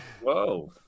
Whoa